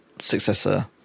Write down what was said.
successor